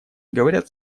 говорят